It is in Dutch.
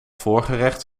voorgerecht